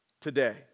today